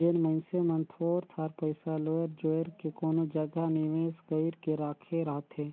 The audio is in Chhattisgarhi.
जेन मइनसे मन थोर थार पइसा लोएर जोएर के कोनो जगहा निवेस कइर के राखे रहथे